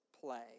play